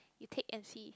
you take M_C